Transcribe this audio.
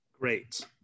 Great